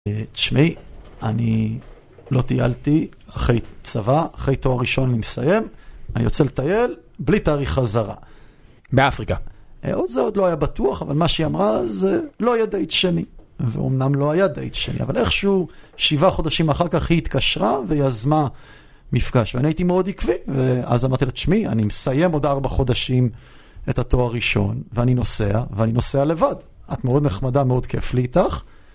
תשמעי, אני לא טיילתי אחרי צבא, אחרי תואר ראשון, אני מסיים, אני רוצה לטייל בלי תאריך חזרה. באפריקה? עוד זה, עוד לא היה בטוח, אבל מה שהיא אמרה זה לא היה דייט שני. ואומנם לא היה דייט שני, אבל איכשהו שבעה חודשים אחר כך היא התקשרה ויזמה מפגש. ואני הייתי מאוד עקבי, ואז אמרתי לה, תשמעי, אני מסיים עוד ארבעה חודשים את התואר הראשון, ואני נוסע, ואני נוסע לבד. את מאוד נחמדה, מאוד כיף לי איתך.